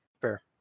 fair